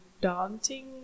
daunting